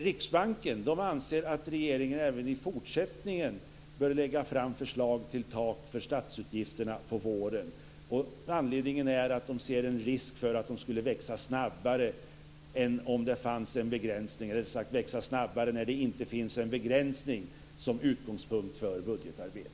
Riksbanken anser att regeringen även i fortsättningen bör lägga fram förslag till tak för statsutgifterna på våren. Anledningen är att den ser en risk för att de skulle växa snabbare när det inte finns en begränsning som utgångspunkt för budgetarbetet.